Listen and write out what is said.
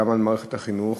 גם על מערכת החינוך,